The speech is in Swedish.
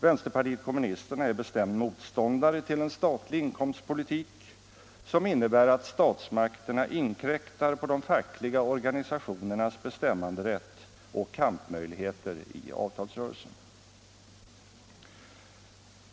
Vänsterpartiet kommunisterna är bestämd motståndare till en statlig inkomstpolitik som innebär att statsmakterna inkräktar på de fackliga organisationernas bestämmanderätt och kampmöjligheter i avtalsrörelsen.